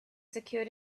secured